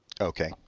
Okay